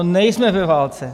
No, nejsme ve válce.